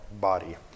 body